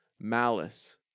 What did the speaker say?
malice